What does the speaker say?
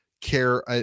care